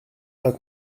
pas